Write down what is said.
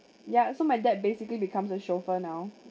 ya so my dad basically becomes a chauffeur now